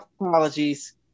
apologies